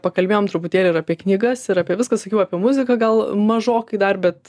pakalbėjom truputėlį ir apie knygas ir apie viską sakiau apie muziką gal mažokai dar bet